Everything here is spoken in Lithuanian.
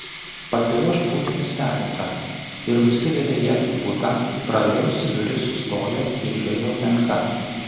pasiruošk būti nustebinta ir nusivedė ją į butą pravėrusi duris sustojo lyg žaibo trenkta